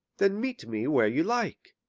then meet me where you like.